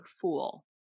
fool